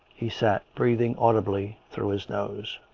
he sat, breathing audibly through his nose.